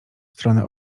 stronę